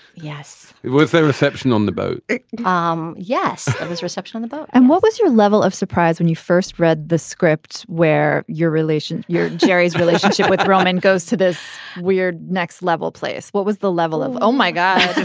yes. it was their reception on the boat um yes. that was reception on the boat. and what was your level of surprise when you first read the script where your relation your gerry's relationship with ronan goes to this weird next level place. what was the level of oh my god.